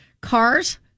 cars